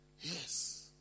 yes